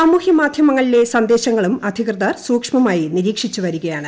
സാമൂഹൃമാധൃമങ്ങളില്ലി സ്ന്ദേശങ്ങളും അധികൃതർ സൂക്ഷ്മമായി നിരീക്ഷിച്ച് വരികയ്ക്കാണ്